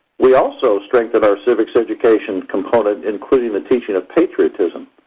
we also strengthen our civics education component including the teaching of patriotism.